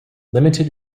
limited